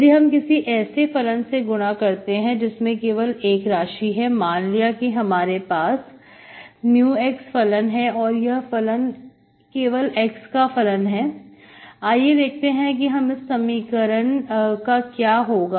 यदि हम किसी ऐसे फलन से गुणा करते हैं जिसमें केवल एक राशि है मान लिया हमारे पास μ फलन है और यह केवल x का फलन है आइए देखते हैं इस समीकरण का क्या होगा